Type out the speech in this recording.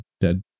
dead